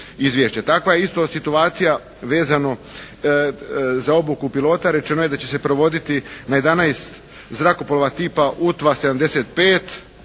Takva isto situacija vezano za obuku pilota. Rečeno je da će se provoditi na 11 zrakoplova tipa UTVA75